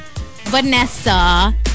Vanessa